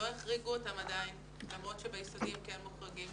לא החריגו אותם עדיין למרות שביסודי הם כן מוחרגים.